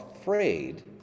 afraid